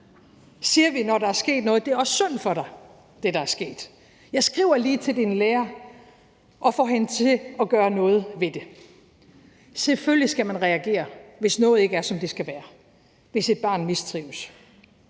Siger vi, når der er sket noget: Det, der er sket, er også synd for dig – jeg skriver lige til din lærer og får hende til at gøre noget ved det? Selvfølgelig skal man reagere, hvis noget ikke er, som det skal være, og hvis et barn mistrives.